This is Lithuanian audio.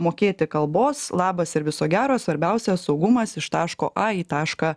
mokėti kalbos labas ir viso gero svarbiausia saugumas iš taško į tašką